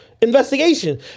investigation